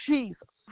Jesus